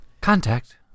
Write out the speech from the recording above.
contact